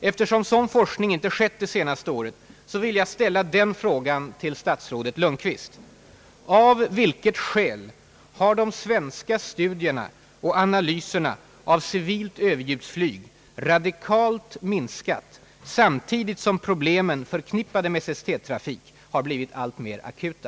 Eftersom sådan forskning inte skett det senaste året vill jag ställa följande fråga till statsrådet Lundkvist: Av vilket skäl har de svenska studierna och analyserna av civilt överljudsflyg radikalt minskat samtidigt som problemen förknippade med SST-trafik blivit alltmer akuta?